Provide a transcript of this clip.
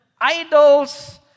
idols